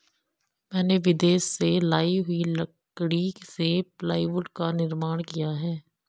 मैंने विदेश से लाई हुई लकड़ी से प्लाईवुड का निर्माण किया है